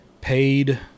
paid